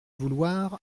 vouloir